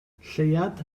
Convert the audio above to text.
lleuad